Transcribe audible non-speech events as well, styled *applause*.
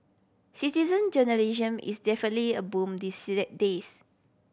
citizen journalism is definitely a boom *unintelligible* days